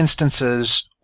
instances